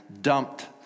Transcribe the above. dumped